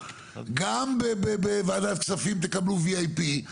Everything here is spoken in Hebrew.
גם בוועדת כספים תקבלו VIP,